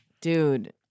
dude